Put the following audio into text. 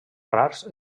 rars